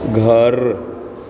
घर